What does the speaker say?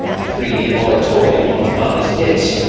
a three-year moratorium on farmers' debts,